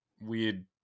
weird